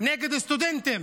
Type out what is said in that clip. נגד סטודנטים